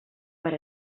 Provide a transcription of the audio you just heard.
per